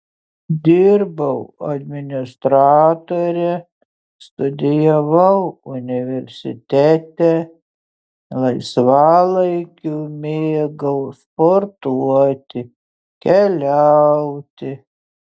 dirbau administratore studijavau universitete laisvalaikiu mėgau sportuoti keliauti